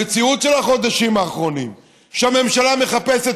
המציאות של החודשים האחרונים היא שהממשלה מחפשת